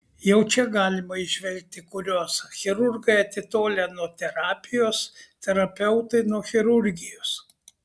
jau čia galima įžvelgti kuriozą chirurgai atitolę nuo terapijos terapeutai nuo chirurgijos